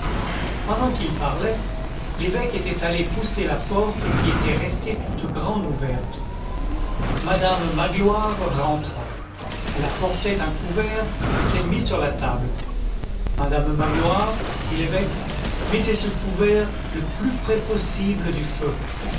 pendant qu'il parlait l'évêque était allé pousser la porte qui était restée toute grande ouverte madame magloire rentra elle apportait un couvert qu'elle mit sur la table madame magloire dit l'évêque mettez ce couvert le plus près possible du feu